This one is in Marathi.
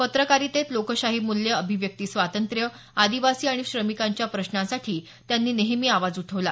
पत्रकारितेतील लोकशाही मूल्य अभिव्यक्ती स्वातंत्र्य आदिवासी आणि श्रमिकांच्या प्रश्नांसाठी त्यांनी नेहमी आवाज उठवला